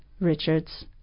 Richards